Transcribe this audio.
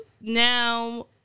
now